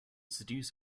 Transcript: seduce